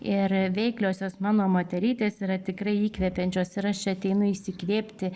ir veikliosios mano moterytės yra tikrai įkvepiančios ir aš čia ateinu įsikvėpti